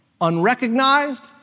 unrecognized